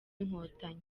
inkotanyi